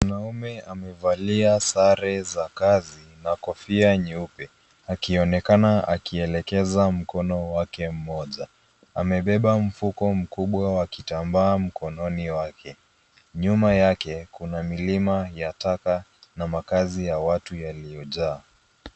Mwanaume amevalia sare za kazi, na kofia nyeupe, akionekana akielekeza mkono wake mmoja. Amebeba mfuko mkubwa wa kitambaa mkononi mwake. Nyuma yake, kuna milima ya taka na makazi ya watu yaliojaa.